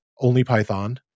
OnlyPython